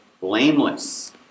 blameless